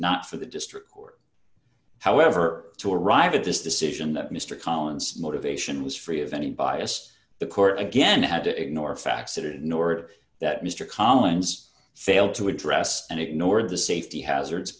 not for the district court however to arrive at this decision that mr collins motivation was free of any bias the court again had to ignore facts that are ignored that mr collins failed to address and ignored the safety hazards